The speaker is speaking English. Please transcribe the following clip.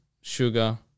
sugar